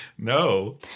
No